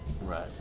Right